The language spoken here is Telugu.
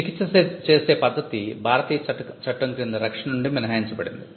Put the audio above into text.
చికిత్స చేసే పద్ధతి భారతీయ చట్టం క్రింద రక్షణ నుండి మినహాయించబడింది